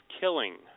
killing